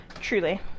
Truly